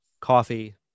coffee